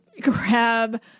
grab